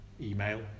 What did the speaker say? email